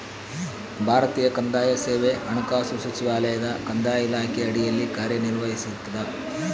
ಭಾರತೀಯ ಕಂದಾಯ ಸೇವೆ ಹಣಕಾಸು ಸಚಿವಾಲಯದ ಕಂದಾಯ ಇಲಾಖೆಯ ಅಡಿಯಲ್ಲಿ ಕಾರ್ಯನಿರ್ವಹಿಸ್ತದ